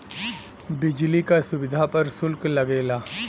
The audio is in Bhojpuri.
बिजली क सुविधा पर सुल्क लगेला